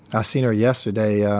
ah seen her yesterday, ah,